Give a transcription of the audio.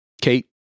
kate